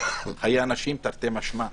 חיי אנשים תרתי משמע.